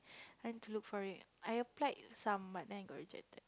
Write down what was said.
time to look for it I applied some but then I got rejected